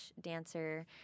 dancer